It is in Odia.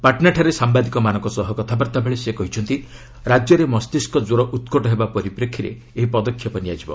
ପାଟନାଠାରେ ସାମ୍ଭାଦିକମାନଙ୍କ ସହ କଥାବାର୍ତ୍ତା ବେଳେ ସେ କହିଛନ୍ତି ରାଜ୍ୟରେ ମସ୍ତିଷ୍କ କ୍ୱର ଉତ୍କଟ ହେବା ପରିପ୍ରେକ୍ଷୀରେ ଏହି ପଦକ୍ଷେପ ନିଆଯିବ